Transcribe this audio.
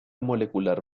molecular